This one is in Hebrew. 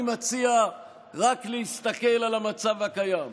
אני מציע רק להסתכל על המצב הקיים.